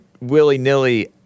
willy-nilly